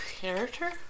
Character